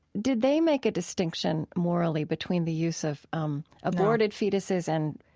did they make a distinction morally between the use of um aborted fetuses and,